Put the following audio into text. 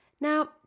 Now